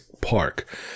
Park